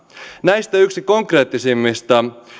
näistä yksi konkreettisimmista